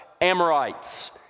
Amorites